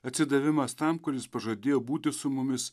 atsidavimas tam kuris pažadėjo būti su mumis